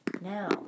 Now